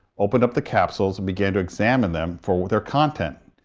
opened up the capsules and began to examine them for their content.